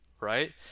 right